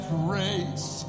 grace